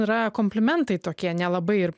yra komplimentai tokie nelabai ir